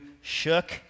shook